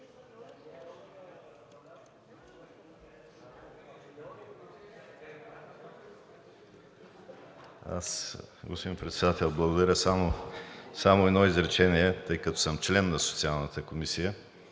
Господин Председател, благодаря Ви. Само едно изречение, тъй като съм член на Социалната комисия.